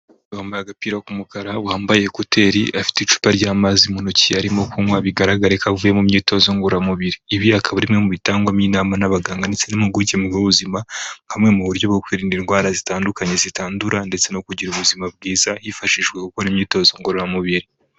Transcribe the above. Wambaye agapira k'umukara, wambaye kuteri afite icupa ry'amazi mu ntoki arimo kunywa bigaraga ko avuye mu myitozo ngoramubiri. Ibi akaba ari imwe mu bitangwamo inama n'abaganga ndetse n'impuguke mu by'ubuzima, nka bumwe mu buryo bwo kwirinda indwara zitandukanye zitandura ndetse no kugira ubuzima bwiza hifashishwa gukora imyitozo ngororamubiri.